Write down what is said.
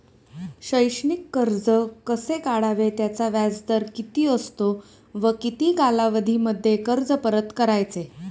शैक्षणिक कर्ज कसे काढावे? त्याचा व्याजदर किती असतो व किती कालावधीमध्ये कर्ज परत करायचे?